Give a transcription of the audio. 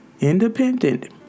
independent